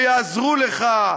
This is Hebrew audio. ויעזרו לך,